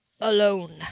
alone